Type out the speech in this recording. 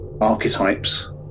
archetypes